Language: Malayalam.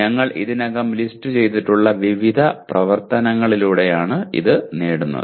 ഞങ്ങൾ ഇതിനകം ലിസ്റ്റ് ചെയ്തിട്ടുള്ള വിവിധ പ്രവർത്തനങ്ങളിലൂടെയാണ് ഇത് നേടുന്നത്